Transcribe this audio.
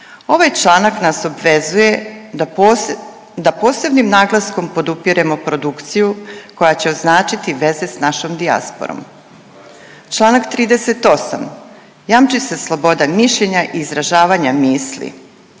Ovaj članak nas obvezuje da posebnim naglaskom podupiremo produkciju koja će označiti veze sa našom dijasporom. Članak 38. jamči se sloboda mišljenja i izražavanja misli.